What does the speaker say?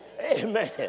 Amen